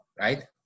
right